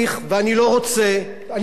אני מעריך בעלי הון,